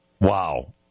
Wow